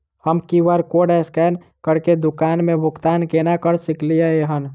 हम QR code scan करके दुकान मे भुगतान केना करऽ सकलिये एहन?